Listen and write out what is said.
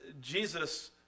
Jesus